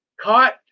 caught